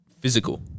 physical